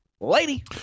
Lady